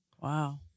wow